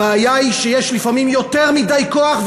הבעיה היא שיש לפעמים יותר מדי כוח,